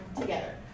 together